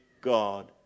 God